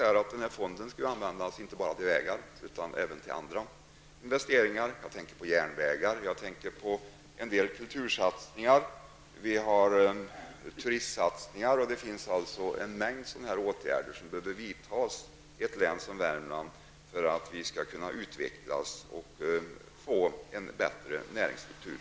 Infrastrukturfonden skall användas inte bara till vägar utan även till andra typer av investeringar -- jag tänker då på järnvägar, en del kultursatsningar, turistsatsningar och en mängd åtgärder som är nödvändiga för att ett län som Värmland skall kunna utvecklas och få en bättre näringsstruktur.